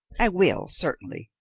i will, certainly,